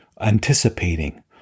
anticipating